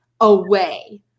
away